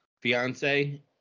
Fiance